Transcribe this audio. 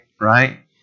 right